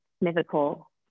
mythical